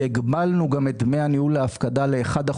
והגבלנו גם את דמי הניהול להפקדה ל-1%.